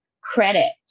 credit